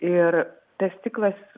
ir tas ciklas